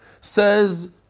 Says